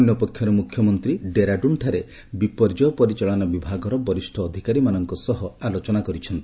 ଅନ୍ୟପକ୍ଷରେ ମୁଖ୍ୟମନ୍ତ୍ରୀ ଡେରାଡୁନଠାରେ ବିପର୍ଯ୍ୟୟ ପରିଚାଳନା ବିଭାଗର ବରିଷ୍ଠ ଅଧିକାରୀମାନଙ୍କ ସହ ଆଲୋଚନା କରିଛନ୍ତି